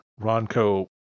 Ronco